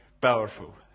powerful